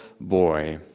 boy